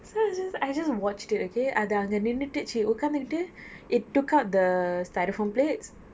so I just I just watched it okay அது அங்கே நின்னுட்டு சி உட்கார்ந்துட்டு: athu ange ninnuttu chi okkanthuttu it took out the styrofoam plates